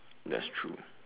that's true